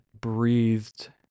breathed